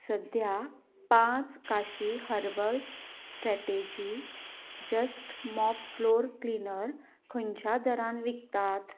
सध्या पांच काशी herbal strategy just mop floor cleaner खंच्या दरान विकतात